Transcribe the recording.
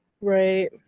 Right